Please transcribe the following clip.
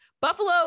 Buffalo